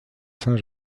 saint